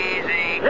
Easy